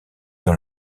dans